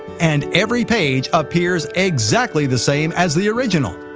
and every page appears exactly the same as the original,